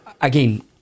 Again